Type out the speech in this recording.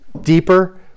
deeper